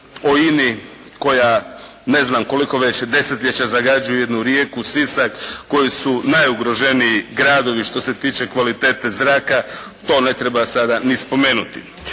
INA-i koja ne znam koliko već desetljeća zagađuje jednu Rijeku, Sisak koji su najugroženiji gradovi što se tiče kvalitete zraka to ne treba sada ni spomenuti.